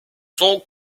son